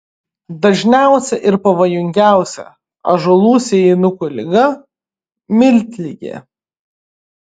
dažniausia ir pavojingiausia ąžuolų sėjinukų liga miltligė